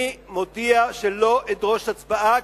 אני מודיע שלא אדרוש הצבעה,